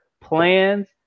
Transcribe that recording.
plans